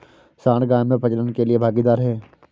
सांड गाय में प्रजनन के लिए भागीदार है